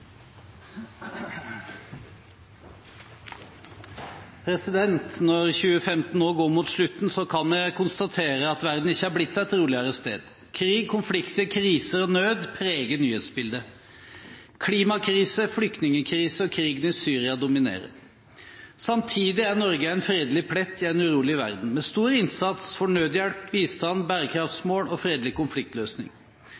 Når 2015 nå går mot slutten, kan vi konstatere at verden ikke er blitt et roligere sted. Krig, konflikter, kriser og nød preger nyhetsbildet. Klimakrise, flyktningkrise og krigen i Syria dominerer. Samtidig er Norge en fredelig plett i en urolig verden – med stor innsats for nødhjelp, bistand, bærekraftsmål og fredelig konfliktløsning.